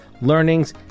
learnings